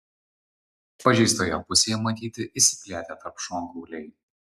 pažeistoje pusėje matyti išsiplėtę tarpšonkauliai